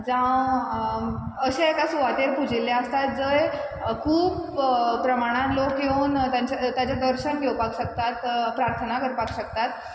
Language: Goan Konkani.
जावं अशा एका सुवातेर पुजिल्ले आसतात जंय खूब प्रमाणान लोक येवन ताजें ताजें दर्शन घेवपाक वतात प्रार्थना करपाक शकतात